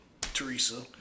Teresa